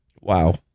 Wow